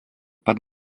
pat